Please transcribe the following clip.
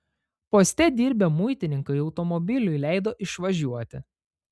poste dirbę muitininkai automobiliui leido išvažiuoti